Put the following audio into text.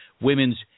women's